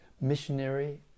missionary